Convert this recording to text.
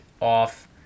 off